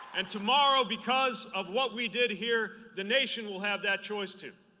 and tomorrow, because of what we did here, the nation will have that choice too.